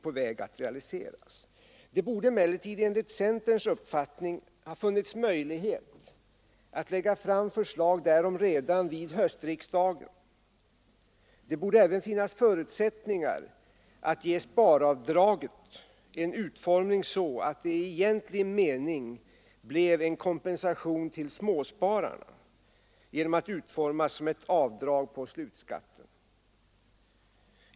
Enligt centerns uppfattning borde det emellertid ha funnits möjlighet att lägga fram förslag därom redan vid höstriksdagen. Det borde även finnas förutsättningar att ge sparavdraget en sådan utformning att det i egentlig mening blev en kompensation till småspararna. Ett avdrag på slutskatten vore då den lämpliga formen.